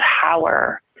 power